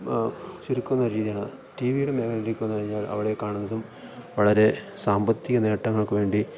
ചുരുക്കുന്നൊരു രീതിയാണ് ടിവിയുടെ മേഖലയിലേക്ക് വന്ന് കഴിഞ്ഞാൽ അവിടെ കാണുന്നതും വളരെ സാമ്പത്തിക നേട്ടങ്ങൾക്ക് വേണ്ടി